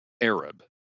Arab